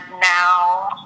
now